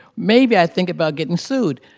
maybe i'd think about getting sued.